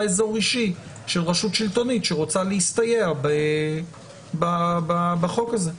אזור אישי של רשות שלטונית שרוצה להסתייע בחוק הזה.